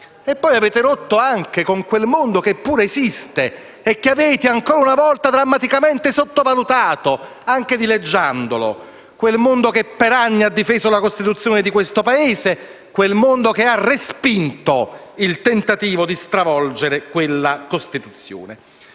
poi rotto anche con quel mondo che pure esiste e che avete ancora una volta drammaticamente sottovalutato, anche dileggiandolo; quel mondo che per anni ha difeso la Costituzione di questo Paese, che ha respinto il tentativo di stravolgerla. Avete